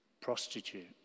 prostitute